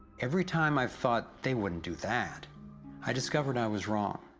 every time i thought, they wouldn't do that i discovered i was wrong.